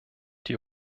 die